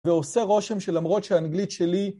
ועושה רושם שלמרות שהאנגלית שלי